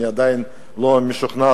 אני עדיין לא משוכנע,